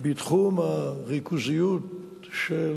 בתחום הריכוזיות של